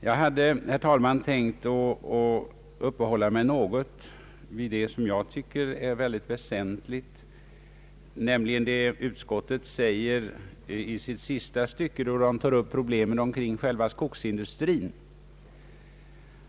Jag har, herr talman, tänkt uppehålla mig något vid vad jag anser mycket väsentligt, nämligen det som utskottet säger i sista stycket i utlåtandet, där det tar upp problemen kring själva skogsindustrin.